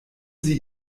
sie